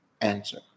answer